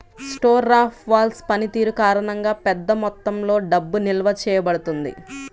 store of value పనితీరు కారణంగా, పెద్ద మొత్తంలో డబ్బు నిల్వ చేయబడుతుంది